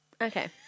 Okay